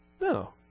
No